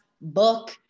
book